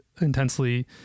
intensely